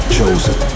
Chosen